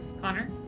Connor